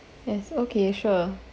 yes okay sure